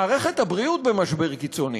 מערכת הבריאות במשבר קיצוני.